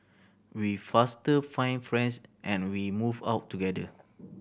we faster find friends and we move out together